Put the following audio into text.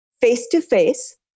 face-to-face